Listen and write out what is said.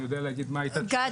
אני יודע להגיד --- גיא,